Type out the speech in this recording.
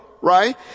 right